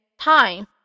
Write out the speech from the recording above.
time